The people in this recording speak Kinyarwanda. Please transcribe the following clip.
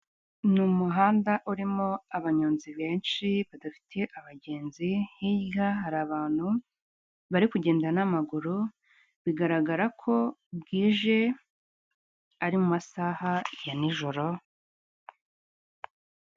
Ni umuhanda urimo abanyonzi benshi badafite abagenzi, hirya hari abantu bari kugenda n'amaguru, bigaragara ko bwije ari mu masaha ya nijoro.